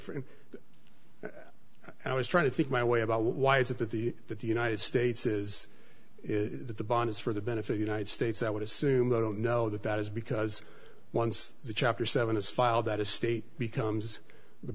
him and i was trying to think my way about why is it that the that the united states is is the bond is for the benefit united states i would assume they don't know that that is because once the chapter seven is filed that a state becomes the